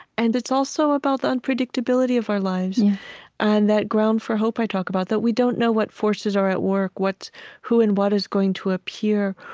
and it's also about the unpredictability of our lives and that ground for hope i talk about that we don't know what forces are at work, who and what is going to appear,